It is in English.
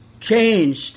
changed